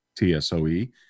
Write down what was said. TSOE